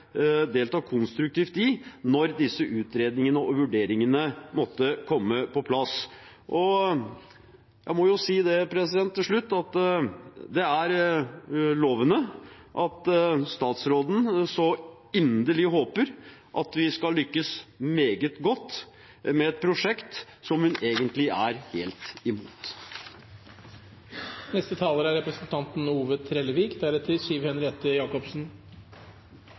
delta konstruktivt i når disse utredningene og vurderingene måtte komme på plass. Til slutt må jeg si at det er lovende at statsråden så inderlig håper at vi skal lykkes meget godt med et prosjekt som hun egentlig er helt imot.